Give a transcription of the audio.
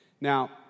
Now